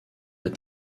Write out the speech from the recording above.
est